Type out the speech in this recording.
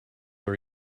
are